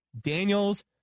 Daniels